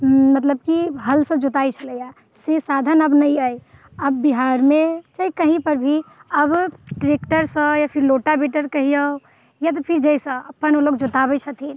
मतलब कि हलसँ जोताइ छलैया से साधन अब नहि अछि अब बिहारमे चाहे कहीँ पर भी अब ट्रैक्टरसँ या रोटावेटर कहियो या तऽ फिर जाहिसँ अपन ओ सभ जोताबैत छथिन